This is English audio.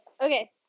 okay